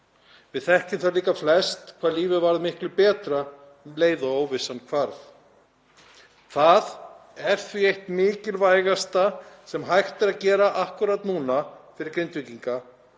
Við þekkjum það líka flest hvað lífið varð miklu betra um leið og óvissan hvarf. Það er því eitt það mikilvægasta sem hægt er að gera akkúrat núna fyrir Grindvíkinga,